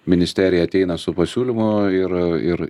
ministerija ateina su pasiūlymu ir ir